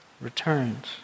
returns